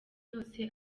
yose